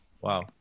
wow